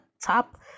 top